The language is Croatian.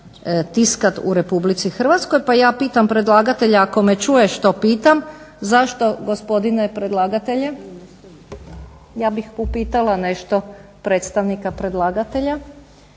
tiskat u Republici Hrvatskoj. Pa ja pitam predlagatelja ako me čuje što pitam, zašto gospodine predlagatelje ja bih upitala nešto predstavnika predlagatelja